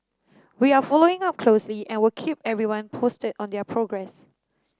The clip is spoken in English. we are following up closely and will keep everyone posted on their progress